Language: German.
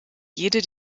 jede